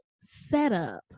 setup